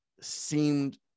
seemed